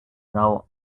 row